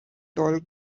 tall